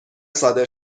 صادر